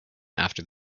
after